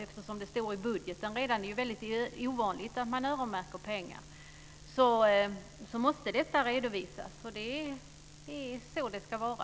Eftersom det står redan i budgeten - det är väldigt ovanligt att man öronmärker pengar - måste detta redovisas. Det är så det ska vara.